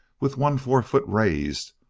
with one forefoot raised,